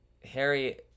Harry